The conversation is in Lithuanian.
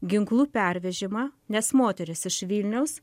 ginklų pervežimą nes moteris iš vilniaus